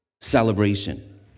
celebration